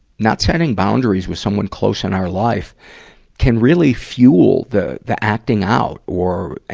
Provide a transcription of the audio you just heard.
not setting boundaries with someone close in our life can really fuel the, the acting out or a,